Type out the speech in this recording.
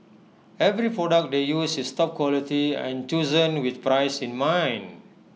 every product they use is top quality and chosen with price in mind